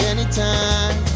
Anytime